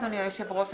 אדוני יושב-ראש הוועדה,